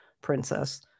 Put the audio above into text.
princess